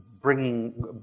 bringing